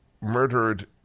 murdered